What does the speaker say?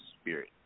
spirit